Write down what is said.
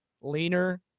leaner